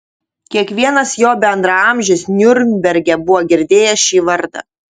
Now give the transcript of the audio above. kiekvienas jo bendraamžis niurnberge buvo girdėjęs šį vardą